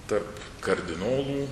tarp kardinolų